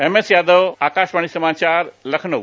MS Yadav Akashvani समाचार लखनऊ